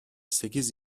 sekiz